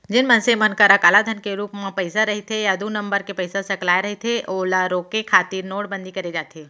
जेन मनसे मन करा कालाधन के रुप म पइसा रहिथे या दू नंबर के पइसा सकलाय रहिथे ओला रोके खातिर नोटबंदी करे जाथे